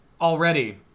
already